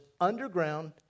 underground